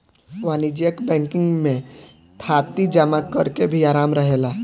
वाणिज्यिक बैंकिंग में थाती जमा करेके भी आराम रहेला